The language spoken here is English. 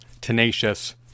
tenacious